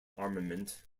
armament